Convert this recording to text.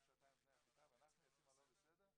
שעתיים לפני הנחיתה ואנחנו אלה שיוצאים לא בסדר?